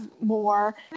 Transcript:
more